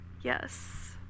Yes